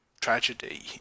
tragedy